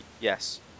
yes